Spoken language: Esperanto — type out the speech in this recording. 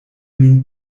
min